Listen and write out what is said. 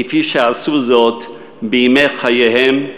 כפי שעשו זאת בימי חייהם,